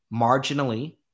marginally